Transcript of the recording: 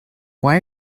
why